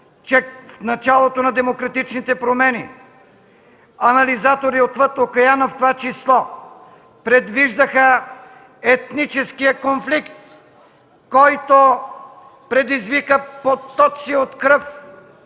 че в началото на демократичните промени анализатори отвъд океана, в това число предвиждаха етническия конфликт, който предизвика потоци от кръв